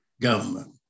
government